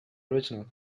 original